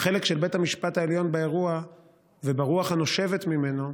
והחלק של בית המשפט העליון באירוע וברוח הנושבת ממנו,